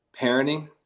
parenting